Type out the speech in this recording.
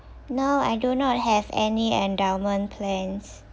no I do not have any endowment plans